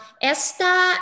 Esta